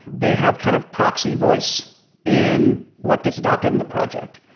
they have kind of proxy voice in what gets adapted in the project.